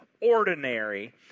ordinary